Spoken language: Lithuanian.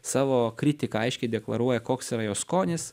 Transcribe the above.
savo kritika aiškiai deklaruoja koks yra jo skonis